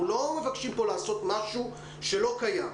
אנחנו לא מבקשים פה לעשות משהו שלא קיים.